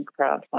Crowdfunding